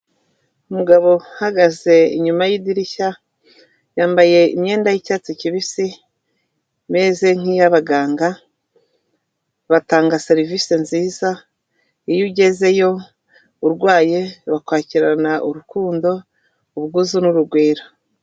Umugabo uhagaze inyuma y'idirishya, yambaye imyenda y'icyatsi kibisi imeze nk'iyabaganga, batanga serivisi nziza, iyo ugezeyo urwaye bakwakirana urukundo, ubwuzu n'urugwiro.